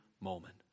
moment